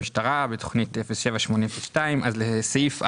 בתכנית 07-8-02, בסעיף (א)